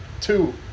two